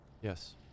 Yes